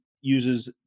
uses